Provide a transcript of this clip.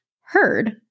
heard